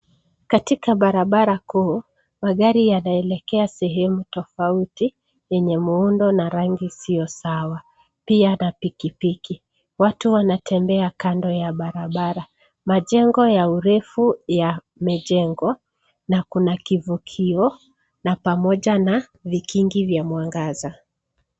Katika barabara kuu, magari yanaelekea sehemu tofauti, zenye muundo na rangi isiyo sawa. Pia na pikipiki, watu wanatembea kando ya barabara. Majengo ya urefu ya mijengo, na kuna kivukio, na pamoja na vikingi vya mwangaza.